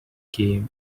game